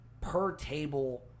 per-table –